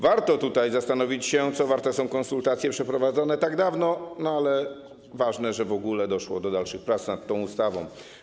Warto tutaj zastanowić się nad tym, co warte są konsultacje przeprowadzone tak dawno, ale ważne, że w ogóle doszło do dalszych prac nad tą ustawą.